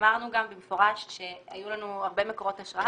אמרנו גם במפורש שהיו לנו הרבה מקורות השראה